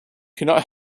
cannot